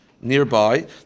nearby